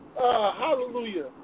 Hallelujah